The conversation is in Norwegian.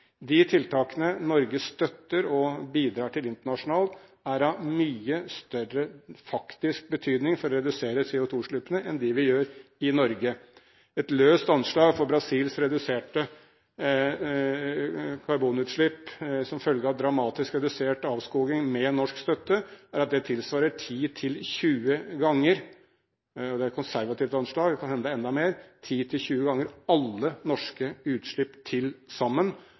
De tiltakene som Norge støtter og bidrar til internasjonalt, er av mye større faktisk betydning for å redusere CO2-utslippene enn dem vi gjør i Norge. Et løst anslag for Brasils reduserte karbonutslipp som følge av dramatisk redusert avskoging med norsk støtte er at det tilsvarer 10–20 ganger – det er et konservativt anslag, det kan hende det er enda mer – alle norske utslipp til sammen.